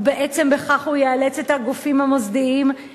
ובעצם בכך הוא יאלץ את הגופים לפעול